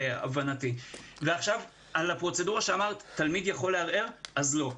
לגבי אופציית הערעור שהעלתה הגברת בארי: אז לא.